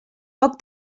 poc